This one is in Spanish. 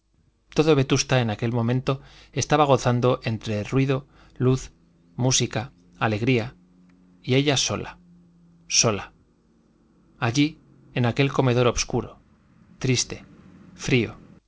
todo vetusta en aquel momento estaba gozando entre ruido luz música alegría y ella sola sola allí en aquel comedor obscuro triste frío